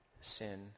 sin